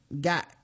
got